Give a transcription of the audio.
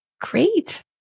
Great